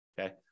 Okay